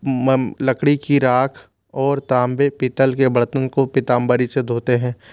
लकड़ी की राख और तांबे पीतल के बर्तन को पीतांबरी से धोते हैं